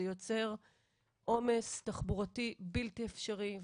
זה יוצר עומס תחבורתי בלתי-אפשרי.